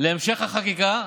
להמשך החקיקה,